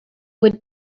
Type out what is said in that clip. would